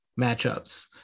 matchups